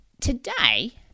today